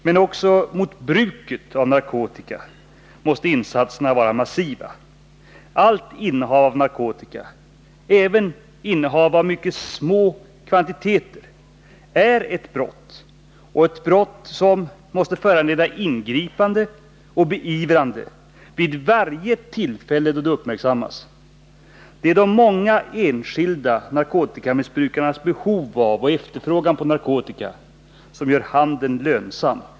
Men också mot bruket av narkotika måste insatserna vara massiva. Allt innehav av narkotika, även innehav av mycket små kvantiteter, är ett brott som måste föranleda ingripande och beivrande vid varje tillfälle då det uppmärksammas. Det är de många enskilda narkotikamissbrukarnas behov av och efterfrågan på narkotika som gör handeln lönsam.